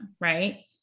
right